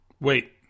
Wait